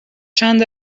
چند